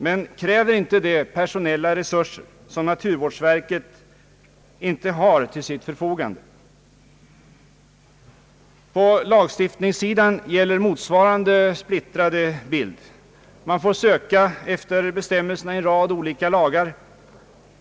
Men kräver inte det personella resurser som naturvårdsverket inte nu har till sitt förfogande? På lagstiftningssidan gäller motsvarande splittrade bild. Man får söka efter bestämmelserna i en rad olika lagar.